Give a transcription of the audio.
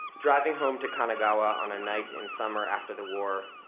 driving home to kanagawa on a night in summer after the war,